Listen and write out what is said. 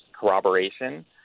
corroboration